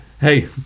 Hey